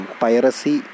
piracy